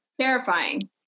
Terrifying